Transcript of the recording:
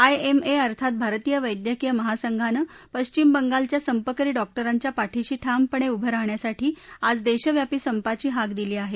IMA अर्थात भारतीय वद्यक्तीय महासंघाने पश्चिम बंगालच्या संपकरी डॉक्टरांच्या पाठीशी ठामपणे उभे राहण्यासाठी आज देशव्यापी संपाची हाक दिली आहे